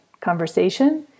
conversation